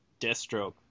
Deathstroke